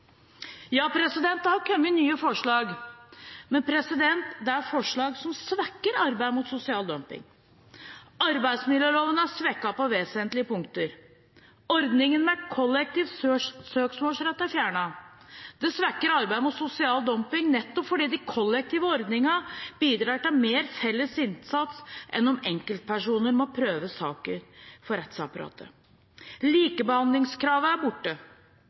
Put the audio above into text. Ja, det har kommet nye forslag, men det er forslag som svekker arbeidet mot sosial dumping: Arbeidsmiljøloven er svekket på vesentlige punkter. Ordningen med kollektiv søksmålsrett er fjernet. Det svekker arbeidet mot sosial dumping nettopp fordi de kollektive ordningene bidrar til mer felles innsats enn om enkeltpersoner må prøve saker for rettsapparatet. Likebehandlingskravet er borte.